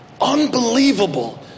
unbelievable